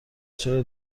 چرا